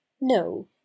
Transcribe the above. no